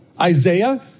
Isaiah